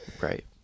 right